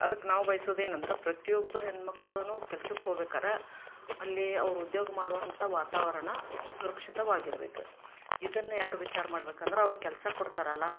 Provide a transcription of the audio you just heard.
ಅದಕ್ಕೆ ನಾವು ಬಯ್ಸೋದೇನಂದ್ರೆ ಪ್ರತಿಯೊಬ್ಬ ಹೆಣ್ಮಕ್ಳೂ ಕೆಲ್ಸಕ್ಕೆ ಹೋಬೇಕಾದ್ರೆ ಅಲ್ಲಿ ಅವ್ರು ಉದ್ಯೋಗ ಮಾಡು ಅಂಥ ವಾತಾವರಣ ಸುರಕ್ಷಿತವಾಗಿರ್ಬೇಕು ಇದನ್ನು ಯಾರು ವಿಚಾರ ಮಾಡ್ಬೇಕಂದ್ರೆ ಅವ್ರು ಕೆಲಸ ಕೊಡ್ತಾರಲ್ಲ